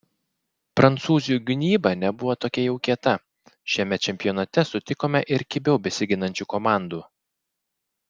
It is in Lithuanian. prancūzių gynyba nebuvo tokia jau kieta šiame čempionate sutikome ir kibiau besiginančių komandų